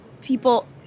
people